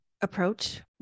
approach